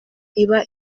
iba